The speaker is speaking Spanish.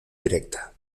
directa